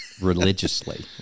religiously